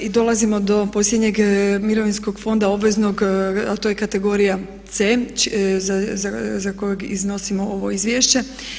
I dolazimo do posljednjeg mirovinskog fonda obveznog a to je kategorija C za kojeg iznosimo ovo izvješće.